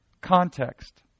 context